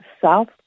south